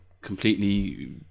completely